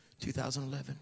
2011